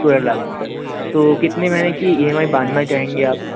सोलह लाख सर तो कितने महीने की ई एम आई बनवाना चाहेंगे आप